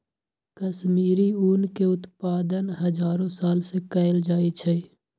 कश्मीरी ऊन के उत्पादन हजारो साल से कएल जाइ छइ